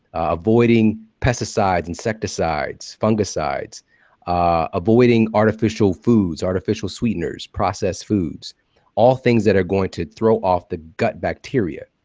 avoiding pesticides, insecticides, fungicides avoiding artificial foods, artificial sweeteners, process foods all things that are going to throw off the gut bacteria.